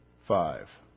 five